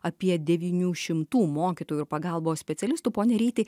apie devynių šimtų mokytojų ir pagalbos specialistų pone ryti